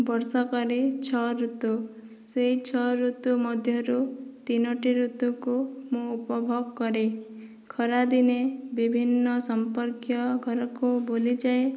ବର୍ଷକରେ ଛଅଋତୁ ସେଇ ଛଅ ଋତୁ ମଧ୍ୟରୁ ତିନୋଟି ଋତୁକୁ ମୁଁ ଉପଭୋଗ କରେ ଖରା ଦିନେ ବିଭିନ୍ନ ସମ୍ପର୍କୀୟ ଘରକୁ ବୁଲିଯାଏ